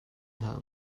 hlah